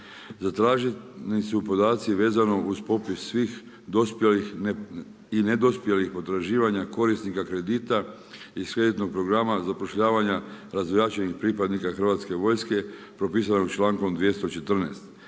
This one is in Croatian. Zatraženi su podaci vezano uz popis svih dospjelih i nedospjelih potraživanja korisnika kredita iz kreditnog programa zapošljavanja …/Govornik se ne razumije./… pripadnika hrvatske vojske propisano čl.2014.